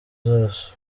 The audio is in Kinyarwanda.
zose